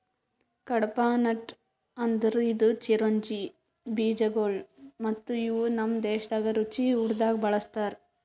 ಕಡ್ಪಾಹ್ನಟ್ ಅಂದುರ್ ಇದು ಚಿರೊಂಜಿ ಬೀಜಗೊಳ್ ಮತ್ತ ಇವು ನಮ್ ದೇಶದಾಗ್ ರುಚಿ ಊಟ್ದಾಗ್ ಬಳ್ಸತಾರ್